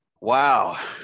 wow